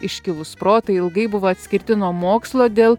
iškilūs protai ilgai buvo atskirti nuo mokslo dėl